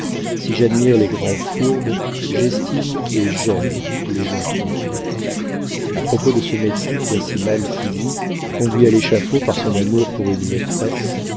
si j'admire les grands fourbes j'estime et j'aime les gens trompés a propos de ce médecin qui a si mal fini conduit à l'échafaud par son amour pour une maîtresse